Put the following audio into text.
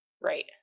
right